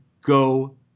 go